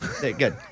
good